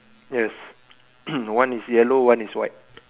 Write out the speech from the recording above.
yes one is yellow one is white